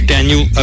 Daniel